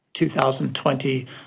2020